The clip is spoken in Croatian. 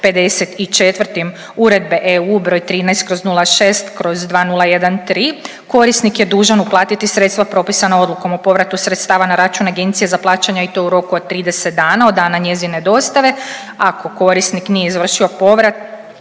Uredbe EU broj 13/06/2013. Korisnik je dužan uplatiti sredstva propisana Odlukom o povratu sredstava na račun Agencije za plaćanja i to u roku od 30 dana od dana njezine dostave ako korisnik nije izvršio povrat